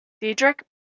Diedrich